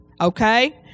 Okay